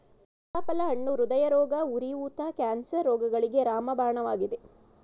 ಸೀತಾಫಲ ಹಣ್ಣು ಹೃದಯರೋಗ, ಉರಿ ಊತ, ಕ್ಯಾನ್ಸರ್ ರೋಗಗಳಿಗೆ ರಾಮಬಾಣವಾಗಿದೆ